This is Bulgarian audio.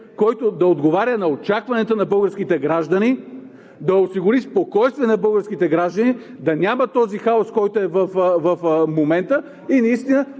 който да отговаря на очакванията на българските граждани, да осигури спокойствие на българските граждани, да няма този хаос, който е в момента и наистина,